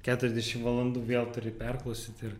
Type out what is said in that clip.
keturiasdešim valandų vėl turi perklausyt ir